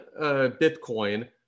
Bitcoin